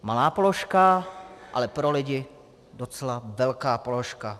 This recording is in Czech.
Malá položka, ale pro lidi docela velká položka.